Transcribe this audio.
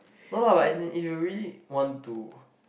no lah but as in if you really want to